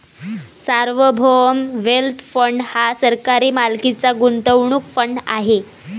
सार्वभौम wealth fund हा सरकारी मालकीचा गुंतवणूक फंड आहे